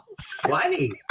funny